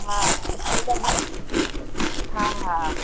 हा स्कूल मां हा हा